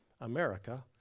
America